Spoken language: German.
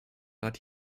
rat